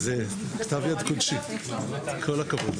נעולה.